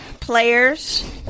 players